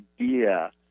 idea